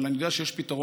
אבל אני יודע שיש פתרון